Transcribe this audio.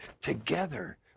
together